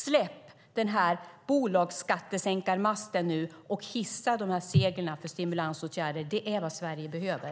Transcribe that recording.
Släpp nu den här bolagsskattesänkarmasten och hissa seglen för stimulansåtgärder. Det är vad Sverige behöver.